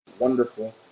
wonderful